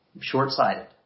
Short-sighted